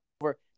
over